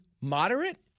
moderate